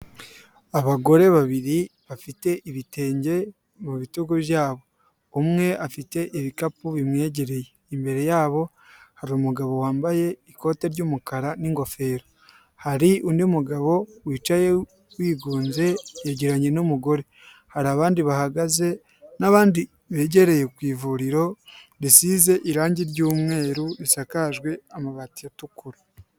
Abagore babiri bafite ibitenge mu bitugu byabo, umwe afite ibikapu bimwegereye, imbere yabo hari umugabo wambaye ikote ry'umukara n'ingofero, hari undi mugabo wicaye wigunze yegeranye n'umugore, hari abandi bahagaze n'abandi begereye ku ivuriro risize irangi ry'umweru risakajwe amabati atukura.